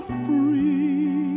free